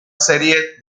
serie